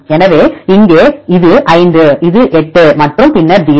எனவே இங்கே இது 5 இது 8 மற்றும் பின்னர் 0